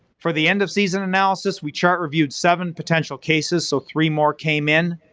for the end-of-season analysis, we chart reviewed seven potential cases, so three more came in.